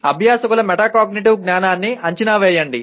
అభ్యాసకుల మెటాకాగ్నిటివ్ జ్ఞానాన్ని అంచనా వేయండి